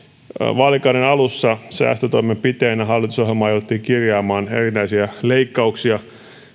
vaalikauden alussa säästötoimenpiteenä hallitusohjelmaan jouduttiin kirjaamaan erinäisiä leikkauksia